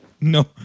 no